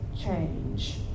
change